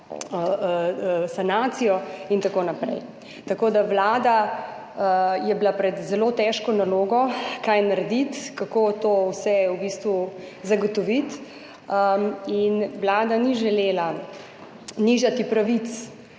sanacijo in tako naprej. Tako da je bila Vlada pred zelo težko nalogo, kaj narediti, kako to vse zagotoviti, in Vlada ni želela nižati pravic